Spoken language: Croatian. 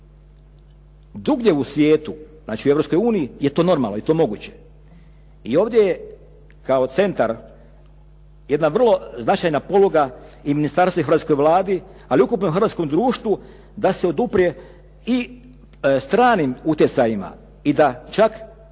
Drugdje u svijetu, znači u Europskoj uniji je to normalno i mogu će. I ovdje je kao centar jedna vrlo značajna podloga i ministarstvu i hrvatskoj Vladi, ali ukupnom hrvatskom društvu da se oduprije i stranim utjecajima i da čak